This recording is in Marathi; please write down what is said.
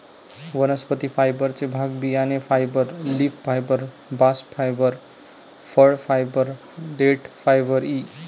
वनस्पती फायबरचे भाग बियाणे fibre, leaf fibre, bast fibre, फळ फायबर, देठ फायबर इ